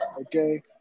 okay